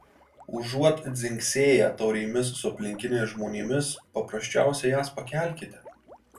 užuot dzingsėję taurėmis su aplinkiniais žmonėmis paprasčiausiai jas pakelkite